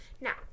Now